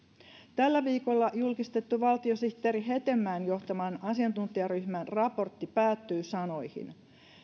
tällä viikolla julkistettu valtiosihteeri hetemäen johtaman asiantuntijaryhmän raportti päättyy sanoihin